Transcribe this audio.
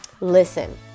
Listen